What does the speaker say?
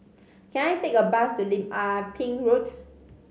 can I take a bus to Lim Ah Pin Road